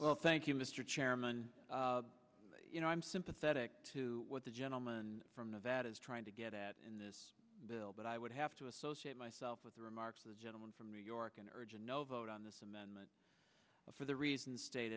well thank you mr chairman you know i'm sympathetic to what the gentleman from nevada is trying to get at in this bill but i would have to associate myself with the remarks of the gentleman from new york in urging no vote on this amendment for the reason state